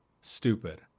Stupid